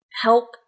help